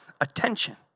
attention